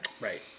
Right